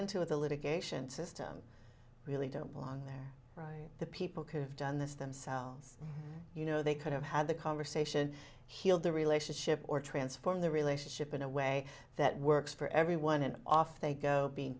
into the litigation system really don't belong there the people could have done this themselves you know they could have had the conversation healed the relationship or transformed the relationship in a way that works for everyone and off they go being